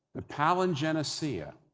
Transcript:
the palingenesia,